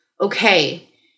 okay